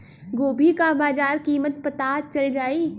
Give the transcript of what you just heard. गोभी का बाजार कीमत पता चल जाई?